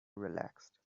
relaxed